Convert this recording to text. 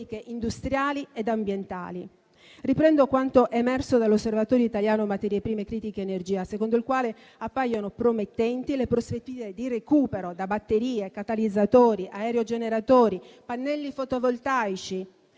Riprendo quanto è emerso dall'Osservatorio italiano materie prime critiche energia, secondo il quale appaiono promettenti le prospettive di recupero da batterie, catalizzatori, aerogeneratori, pannelli fotovoltaici,